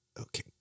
okay